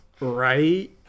right